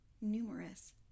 numerous